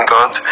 God